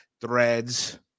threads